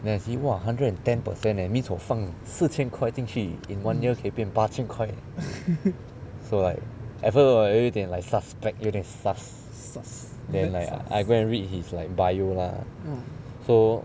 then I see !wah! hundred and ten per cent eh means 我放四千块进去 in one year 可以变八千块 so like at first 我有一点 like suspect 有点 sus~ then like I go and read his like biography lah so